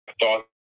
thought